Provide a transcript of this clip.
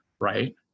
right